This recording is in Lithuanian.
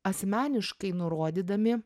asmeniškai nurodydami